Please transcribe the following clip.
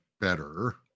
better